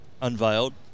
unveiled